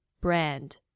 brand